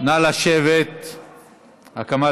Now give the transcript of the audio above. ממנו שכל דבר בתיק הזה ייבדק לעומקו,